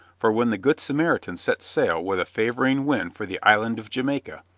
for when the good samaritan set sail with a favoring wind for the island of jamaica,